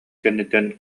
кэнниттэн